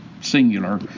singular